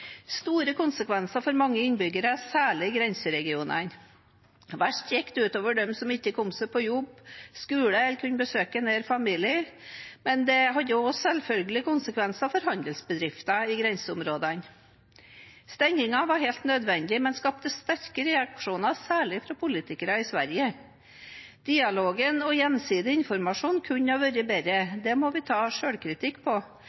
store konsekvenser for mange innbyggere, særlig i grenseregionene. Verst gikk det ut over dem som ikke kom seg på jobb, skole eller kunne besøke nær familie, men det hadde jo selvfølgelig også konsekvenser for handelsbedriftene i grenseområdene. Stengingen var helt nødvendig, men skapte sterke reaksjoner, særlig fra politikere i Sverige. Dialogen og gjensidig informasjon kunne ha vært